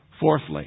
Fourthly